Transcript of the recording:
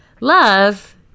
love